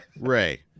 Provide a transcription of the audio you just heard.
Ray